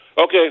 Okay